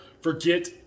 forget